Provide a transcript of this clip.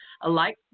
alike